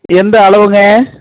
எந்த அளவுங்க